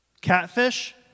catfish